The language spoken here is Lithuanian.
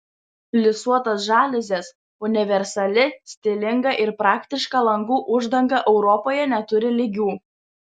plisuotos žaliuzės universali stilinga ir praktiška langų uždanga europoje neturi lygių